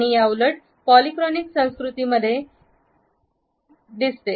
आणि या उलट पॉलीक्रॉनिक संस्कृतीमध्ये दिसते